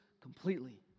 completely